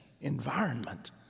environment